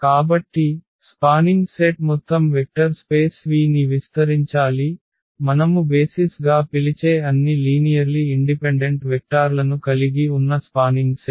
కాబట్టి spanning set మొత్తం vector space V ని విస్తరించాలి మనము బేసిస్ గా పిలిచే అన్ని లీనియర్లి ఇండిపెండెంట్ వెక్టార్లను కలిగి ఉన్న స్పానింగ్ సెట్